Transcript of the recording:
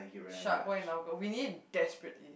SharkBoy and Larva girl we need it desperately